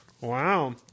Wow